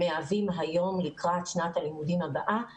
מהווים היום לקראת שנת הלימודים הבאה כ-12%.